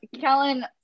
Kellen